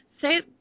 say